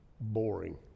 boring